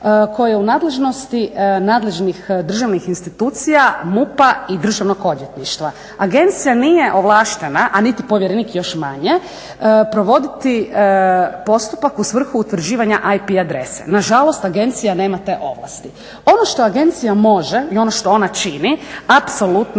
koje je u nadležnosti državnih institucija MUP-a i Državnog odvjetništva. Agencija nije ovlaštena, a niti povjerenik još manje, provoditi postupak u svrhu utvrđivanja IP adrese. Nažalost agencija nema te ovlasti. Ono što agencija može i ono što ona čini apsolutno